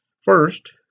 First